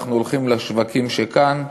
אנחנו הולכים לשווקים שכאן.